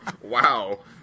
Wow